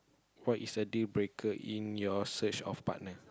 what is the dealbreaker in your search of partner